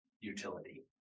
utility